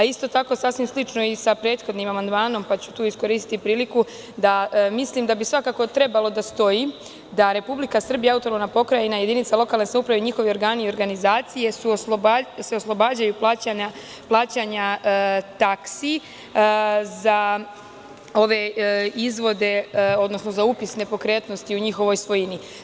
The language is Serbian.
Isto tako, sasvim je slično i sa prethodnim amandmanom, pa ću tu iskoristiti priliku da mislim da bi svakako trebalo da stoji da - Republika Srbija i autonomnka pokrajina i jedinica lokalne samouprave i njihovi organi i organzacije, se oslobađaju plaćanja taksi za ove izvode, odnosno za upis nepokretnosti u njihovoj svojini.